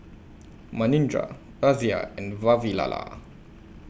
Manindra Razia and Vavilala